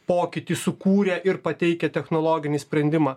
pokytį sukūrę ir pateikę technologinį sprendimą